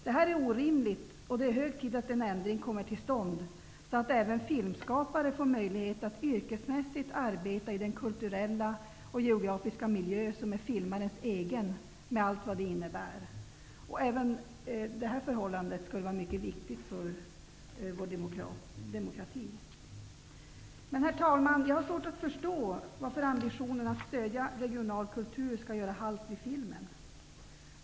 Detta är orimligt, och det är hög tid att en ändring kommer till stånd, så att även filmskapare får möjlighet att yrkesmässigt arbeta i den kulturella och geografiska miljö som är filmarens egen, med allt vad det innebär. Jag tycker att även detta förhållande är mycket viktigt för vår demokrati. Herr talman! Jag har svårt att förstå varför ambitionen att stödja regional kultur skall göra halt vid filmen.